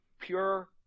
pure